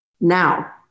Now